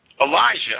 Elijah